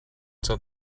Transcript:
till